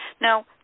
Now